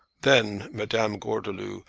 then madame gordeloup,